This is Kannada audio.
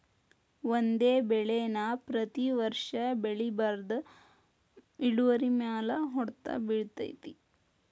ಒಂದೇ ಬೆಳೆ ನಾ ಪ್ರತಿ ವರ್ಷ ಬೆಳಿಬಾರ್ದ ಇಳುವರಿಮ್ಯಾಲ ಹೊಡ್ತ ಬಿಳತೈತಿ